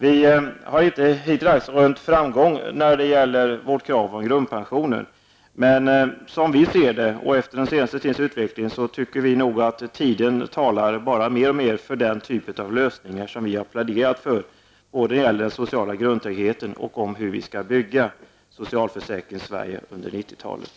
Vi har hittills inte rönt framgång när det gäller vårt krav på grundpensionen. Men som vi ser det, och efter den senaste tidens utveckling, så talar nog tiden mer och mer för den typ av lösningar som vi har pläderat för, både när det gäller den sociala grundtryggheten och när det gäller på vilket sätt vi skall bygga Socialförsäkringssverige under 90-talet.